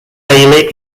daily